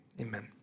Amen